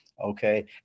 Okay